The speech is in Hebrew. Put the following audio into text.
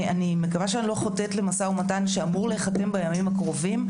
אני מקווה שאני לא חוטאת למשא ומתן שאמור להיחתם בימים הקרובים,